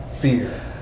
Fear